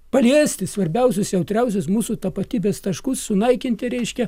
paliesti svarbiausius jautriausius mūsų tapatybės taškus sunaikinti reiškia